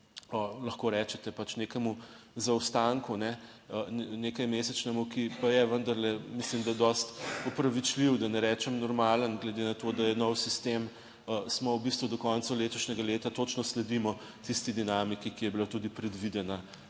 lahko rečete pač nekemu zaostanku, nekaj mesečnemu, ki pa je vendarle mislim, da dosti upravičljiv, da ne rečem normalen glede na to, da je nov sistem, smo v bistvu do konca letošnjega leta točno sledimo tisti dinamiki, ki je bila tudi predvidena